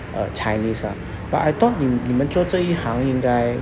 uh chinese ah but I thought you 你们做这一行应该